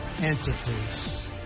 entities